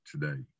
today